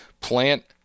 plant